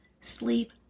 sleep